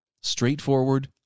Straightforward